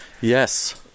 Yes